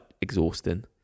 exhausting